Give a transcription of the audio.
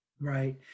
Right